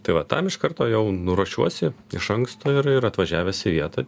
tai va tam iš karto jau nu ruošiuosi iš anksto ir ir atvažiavęs į vietą